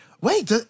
Wait